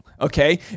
okay